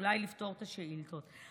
אולי לפתור את השאילתות.